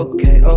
Okay